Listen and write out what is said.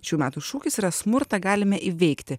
šių metų šūkis yra smurtą galime įveikti